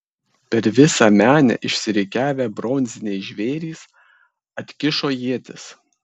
per visą menę išsirikiavę bronziniai žvėrys atkišo ietis